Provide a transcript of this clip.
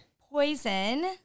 Poison